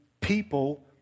people